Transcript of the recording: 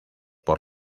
por